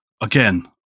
Again